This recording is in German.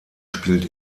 spielt